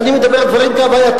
ואני מדבר על דברים כהווייתם,